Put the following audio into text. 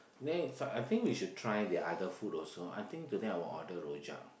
then so I think we should try the other food also I think today I will order rojak